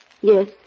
Yes